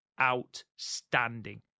outstanding